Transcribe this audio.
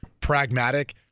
pragmatic